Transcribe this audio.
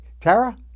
Tara